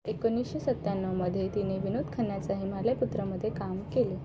एकोणीसशे सत्त्याण्णवमध्ये तिने विनोद खन्नाचा हिमालय पुत्रमध्ये काम केले